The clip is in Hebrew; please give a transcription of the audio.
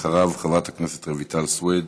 אחריו, חברת הכנסת רויטל סוֵיד.